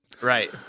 Right